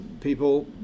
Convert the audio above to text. people